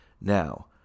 Now